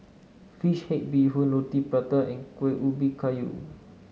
Fish Head Bee Hoon Roti Prata and Kuih Ubi Kayu